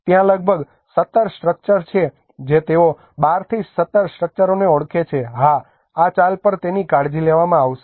ત્યાં લગભગ 17 જેટલા સ્ટ્રક્ચર્સ છે જે તેઓ 12 થી 17 સ્ટ્રક્ચરોને ઓળખે છે હા આ ચાલ પર તેની કાળજી લેવામાં આવશે